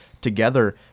together